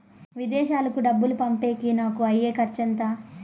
విదేశాలకు డబ్బులు పంపేకి నాకు అయ్యే ఖర్చు ఎంత?